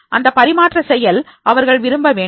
அந்த பரிமாற்ற செயல் அவர்கள் விரும்ப வேண்டும்